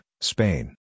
Spain